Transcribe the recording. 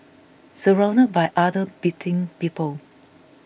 surrounded by other beating people